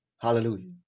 Hallelujah